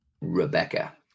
Rebecca